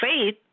faith